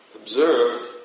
observed